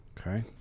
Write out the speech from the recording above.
okay